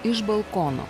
iš balkono